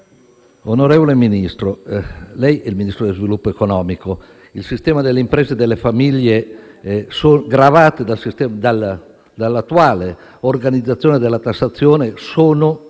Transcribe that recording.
Onorevole Ministro, lei è il Ministro dello sviluppo economico e, quindi, il sistema delle imprese e delle famiglie gravate dall'attuale organizzazione della tassazione è